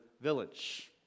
village